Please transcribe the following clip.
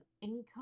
income